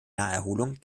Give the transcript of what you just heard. naherholung